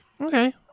Okay